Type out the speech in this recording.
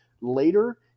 later